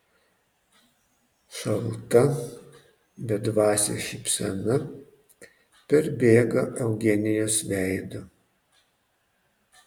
šalta bedvasė šypsena perbėga eugenijos veidu